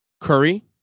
Curry